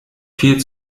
viel